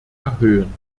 erhöhen